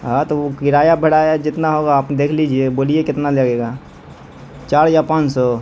ہاں وہ تو کرایہ بڑھایا جتنا ہوگا آپ دیکھ لیجیے بولیے کتنا لگے گا چار ہزار پانچ سو